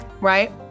right